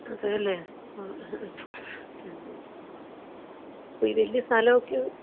അതെയല്ലേ ആ ആ ആ ആ അപ്പോൾ ഈ വലിയ സ്ഥലം ഒക്കെയോ